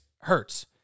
hurts